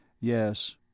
Yes